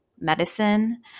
medicine